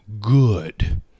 good